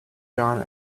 john